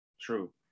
True